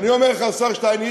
אני אומר לך, השר שטייניץ,